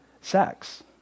sex